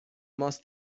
ماست